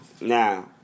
Now